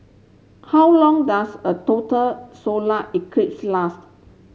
how long does a total solar eclipse last